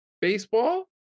baseball